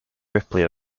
ripley